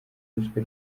yishwe